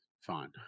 Fine